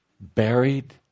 buried